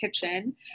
kitchen